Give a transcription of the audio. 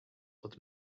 what